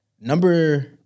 Number